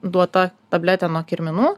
duota tabletė nuo kirminų